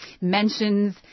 mentions